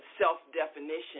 self-definition